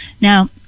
Now